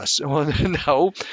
No